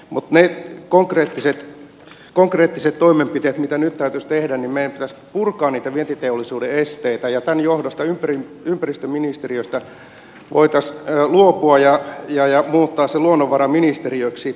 mutta ne konkreettiset toimenpiteet mitä nyt täytyisi tehdä niin meidän pitäisi purkaa vientiteollisuuden esteitä ja tämän johdosta ympäristöministeriöstä voitaisiin luopua ja muuttaa se luonnonvaraministeriöksi